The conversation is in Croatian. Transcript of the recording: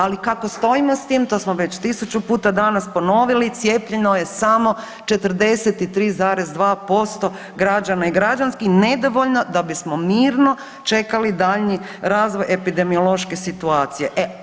Ali kako stojimo s tim to smo već tisuću puta danas ponovili, cijepljeno je samo 43,2% građana i građanki nedovoljno da bismo mirno čekali daljnji razvoj epidemiološke situacije.